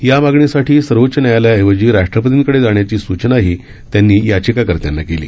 या मागणीसाठी सर्वोच्च न्यायालयाऐवजी राष्ट्रपतींकडे जाण्याची सूचनाही त्यांनी याचिकाकर्त्यांना केली